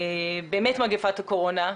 מגפת הקורונה,